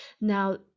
Now